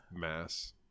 mass